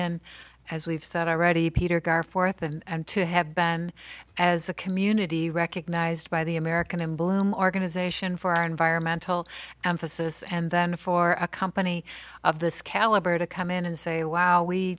in as we've said already peter gar forth and to have been as a community recognized by the american in bloom organization for our environmental emphasis and then for a company of this caliber to come in and say w